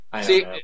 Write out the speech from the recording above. See